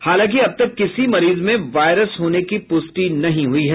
हालांकि अब तक किसी मरीज में वायरस होने की पुष्टि नहीं हुई है